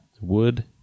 Wood